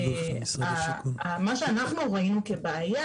מה שאנחנו ראינו כבעיה,